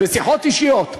בשיחות אישיות: